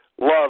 Love